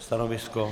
Stanovisko?